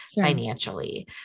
financially